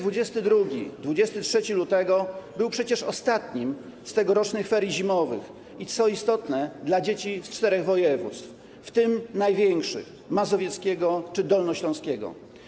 Weekend 22–23 lutego był przecież ostatnim z tegorocznych ferii zimowych i - co istotne - dla dzieci z czterech województw, w tym największych: mazowieckiego czy dolnośląskiego.